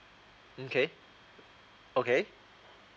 okay okay